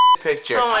picture